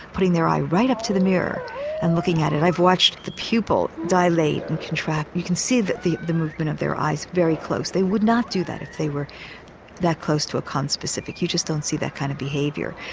putting the eye right up to the mirror and looking at it. i've watched the pupil dilate and contract, you can see the the movement of their eyes very close. they would not do that if they were that close to a con specific, you just don't see that kind of behaviour.